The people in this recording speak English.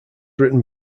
written